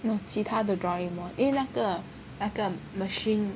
no 其他的 Doraemon 因为那个那个 machine